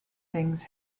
things